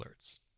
alerts